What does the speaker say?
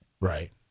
right